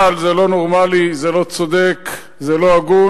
אבל זה לא נורמלי, זה לא צודק, זה לא הגון,